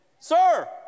Sir